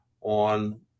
on